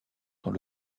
dans